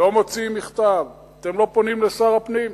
לא מוציאים מכתב, אתם לא פונים אל שר הפנים.